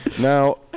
Now